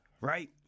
right